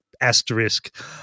asterisk